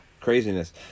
craziness